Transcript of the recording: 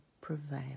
prevail